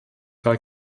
war